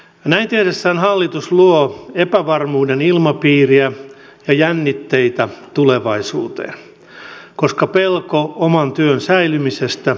näin tehdessään hallitus luo epävarmuuden ilmapiiriä ja jännitteitä tulevaisuuteen koska pelko oman työn säilymisestä lisääntyy